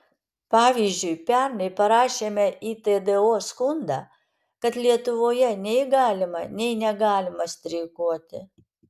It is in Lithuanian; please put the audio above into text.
pavyzdžiui pernai parašėme į tdo skundą kad lietuvoje nei galima nei negalima streikuoti